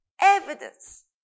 Evidence